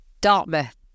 Dartmouth